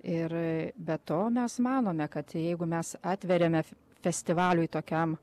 ir be to mes manome kad jeigu mes atveriame festivaliui tokiam